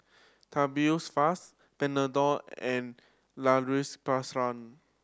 Tubifast Panadol and La Roche